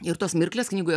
ir tos mirlklės knygoje